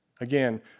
Again